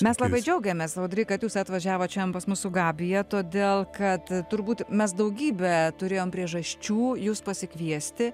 mes labai džiaugiamės audry kad jūs atvažiavot šian pas mus su gabija todėl kad turbūt mes daugybę turėjom priežasčių jus pasikviesti